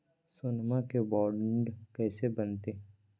सोनमा के बॉन्ड कैसे बनते?